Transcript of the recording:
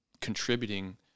contributing